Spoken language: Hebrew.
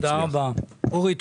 תודה רבה, אורי.